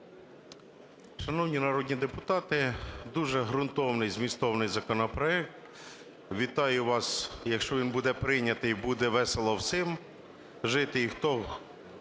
Шановні народні депутати, дуже ґрунтовний, змістовний законопроект. Вітаю вас, якщо він буде прийнятий, буде весело всім жити, і хто